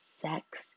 sex